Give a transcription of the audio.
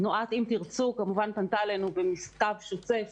תנועת "אם תרצו" כמובן פנתה אלינו במכתב שוצף